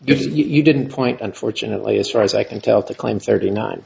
if you didn't point unfortunately as far as i can tell to claim thirty nine